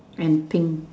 and pink